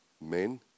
men